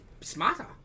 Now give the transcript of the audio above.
smarter